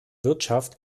wirtschaft